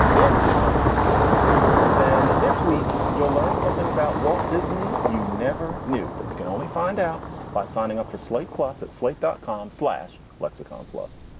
if you sign it for slate plus then this week you'll learn something about walt disney you never knew, but you can only find out by signing up for slate plus at slate dot com slash lexicon plus.